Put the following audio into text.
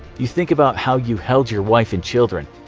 you think about how you held your wife and children,